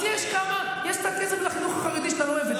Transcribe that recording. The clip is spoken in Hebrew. אז יש קצת כסף לחינוך החרדי, שאתה לא אוהב.